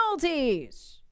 penalties